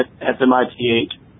S-M-I-T-H